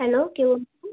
hello কে বলছেন